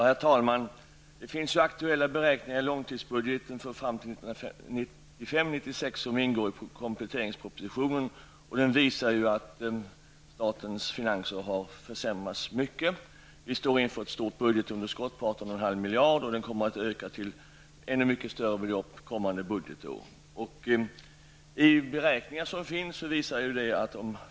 Herr talman! Det finns ju aktuella beräkningar i långtidsbudgeten för perioden fram till 1995/96, som ingår i kompletteringspropositionen. Beräkningarna visar att statens finanser har försämrats mycket. Vi står inför ett stort budgetunderskott på 18,5 miljarder kronor, och kommande budgetår blir underskottet mycket större.